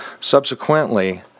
Subsequently